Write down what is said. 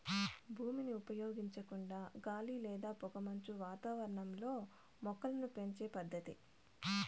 భూమిని ఉపయోగించకుండా గాలి లేదా పొగమంచు వాతావరణంలో మొక్కలను పెంచే పద్దతి